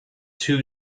two